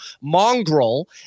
Mongrel